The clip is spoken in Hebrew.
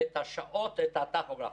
ואת השעות, את הטכוגרף.